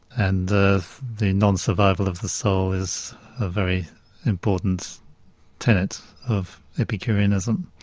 and the the non-survival of the soul is a very important tenet of epicureanism,